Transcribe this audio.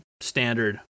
standard